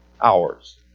hours